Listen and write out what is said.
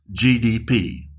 GDP